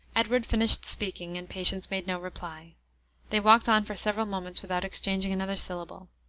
edward finished speaking, and patience made no reply they walked on for several moments without exchanging another syllable.